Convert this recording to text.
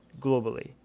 globally